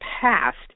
passed